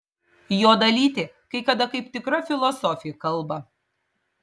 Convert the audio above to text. jo dalytė kai kada kaip tikra filosofė kalba